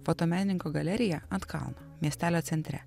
fotomenininko galerija ant kalno miestelio centre